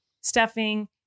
stuffing